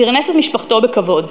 פרנס את משפחתו בכבוד.